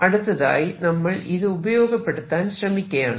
അടുത്തതായി നമ്മൾ ഇത് ഉപയോഗപ്പെടുത്താൻ ശ്രമിക്കയാണ്